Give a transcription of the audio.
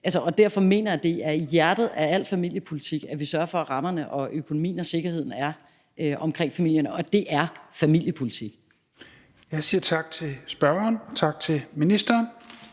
Derfor mener jeg, at hjertet af al familiepolitik er, at vi sørger for, at rammerne og økonomien og sikkerheden er omkring familierne, og det er familiepolitik. Kl. 14:19 Tredje næstformand